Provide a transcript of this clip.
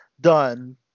done